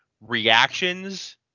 reactions